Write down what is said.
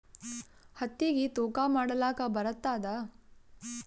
ಹತ್ತಿಗಿ ತೂಕಾ ಮಾಡಲಾಕ ಬರತ್ತಾದಾ?